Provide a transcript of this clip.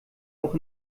auch